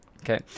okay